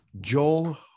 joel